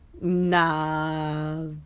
nah